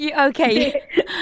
Okay